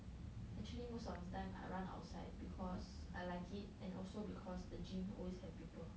actually most of the time I run outside because I like it and also because the gym always have people